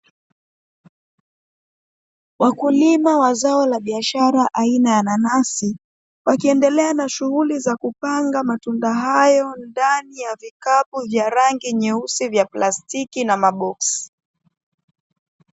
Wakulima wa zao la biashara, aina ya nanasi wakiendelea na shughuli za kupanga matunda hayo, ndani ya vikapu vya rangi nyeusi, vya plastiki na maboksi.